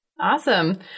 Awesome